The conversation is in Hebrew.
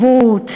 יציבות?